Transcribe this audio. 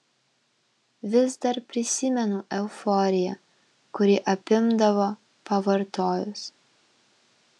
vis dar prisimenu euforiją kuri apimdavo pavartojus